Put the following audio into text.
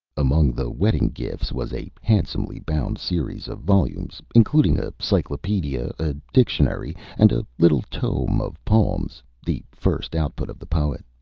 among the wedding-gifts was a handsomely bound series of volumes, including a cyclopaedia, a dictionary, and a little tome of poems, the first output of the poet.